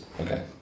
Okay